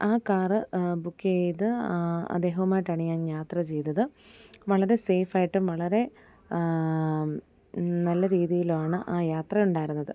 ആ car book ചെയ്ത് അദ്ദേഹവുമായിട്ടാണ് ഞാൻ യാത്ര ചെയ്തത് വളരെ സെയ്ഫായിട്ടും വളരെ നല്ല രീതിലുമാണ് ആ യാത്ര ഉണ്ടായിരുന്നത്